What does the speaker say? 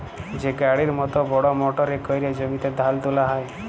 যে গাড়ির মত বড় মটরে ক্যরে জমিতে ধাল তুলা হ্যয়